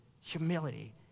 humility